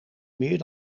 meer